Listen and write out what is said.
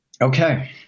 okay